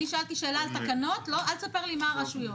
אני שאלתי שאלה על תקנות, אל תספר לי מה הרשויות.